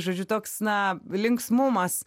žodžiu toks na linksmumas